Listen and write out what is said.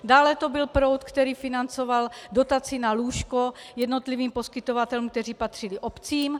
Dále to byl proud, který financoval dotaci na lůžko jednotlivým poskytovatelům, kteří patřili obcím.